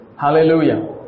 Hallelujah